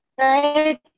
Right